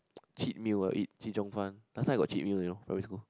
cheat meal I'll eat chee-cheong-fun last time I got cheat meal you know primary school